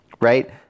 right